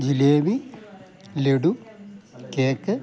jalebi laddu cake